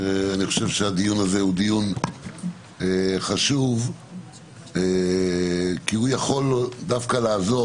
אני חושב שהדיון הזה הוא דיון חשוב כי הוא יכול דווקא לעזור.